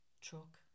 truck